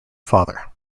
father